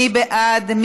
מי בעד?